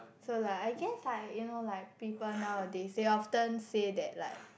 so like I guess like you know like people nowadays they often say that like